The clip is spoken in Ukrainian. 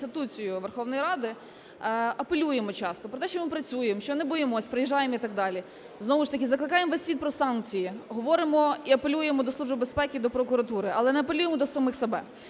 і інституцію Верховної Ради, апелюємо часто, про те, що ми працюємо, що не боїмося, приїжджаємо і так далі. Знову ж таки закликаємо весь світ про санкції, говоримо і апелюємо до Служби безпеки і до прокуратури, але не апелюємо до самих себе.